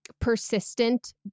persistent